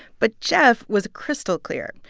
but jeff was crystal clear.